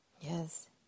Yes